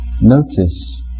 notice